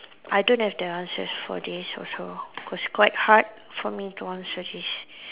I don't have the answers for this also it was quite hard for me to answer this